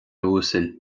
uasail